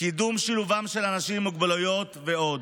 קידום שילובם של אנשים עם מוגבלויות ועוד.